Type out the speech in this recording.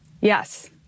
yes